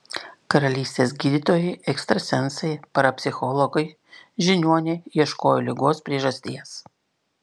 karalystės gydytojai ekstrasensai parapsichologai žiniuoniai ieškojo ligos priežasties